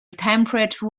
temperate